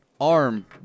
Arm